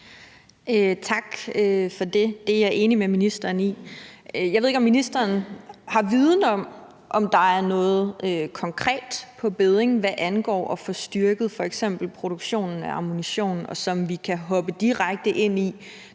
Tak for det. Det er jeg enig med ministeren i. Jeg ved ikke, om ministeren har viden om, om der er noget konkret på bedding, hvad angår at få styrket f.eks. en produktion af ammunition, som vi kan hoppe direkte ind i,